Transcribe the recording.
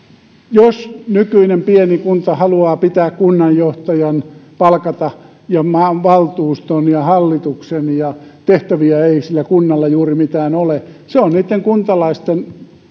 jos nykyinen pieni kunta haluaa pitää kunnanjohtajan palkata hänet ja valtuuston ja hallituksen ja tehtäviä ei sillä kunnalla juuri mitään ole niin se on niitten kuntalaisten